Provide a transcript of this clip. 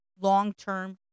long-term